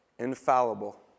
infallible